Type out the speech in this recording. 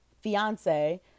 fiance